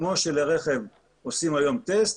כמו שלרכב עושים היום טסט,